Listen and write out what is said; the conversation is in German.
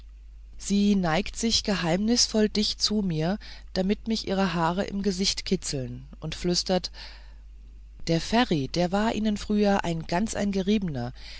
sie neigt sich geheimnisvoll dicht zu mir damit mich ihre haare im gesicht kitzeln und flüstert der ferri der war ihnen früher ein ganz ein geriebener